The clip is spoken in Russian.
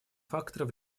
фактор